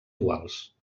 iguals